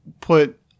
put